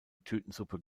tütensuppe